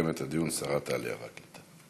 ותסכם את הדיון שרת העלייה והקליטה.